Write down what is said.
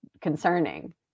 concerning